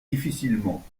difficilement